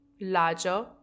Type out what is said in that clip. larger